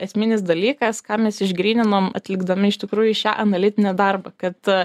esminis dalykas ką mes išgryninom atlikdami iš tikrųjų šią analitinę darbą kad